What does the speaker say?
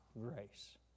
grace